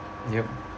yup